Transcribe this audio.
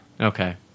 okay